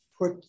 Put